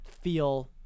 feel